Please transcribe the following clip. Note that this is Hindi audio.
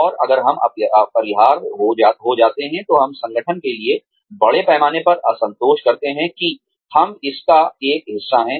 और अगर हम अपरिहार्य हो जाते हैं तो हम संगठन के लिए बड़े पैमाने पर अंसतोष करते हैं कि हम इसका एक हिस्सा हैं